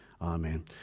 Amen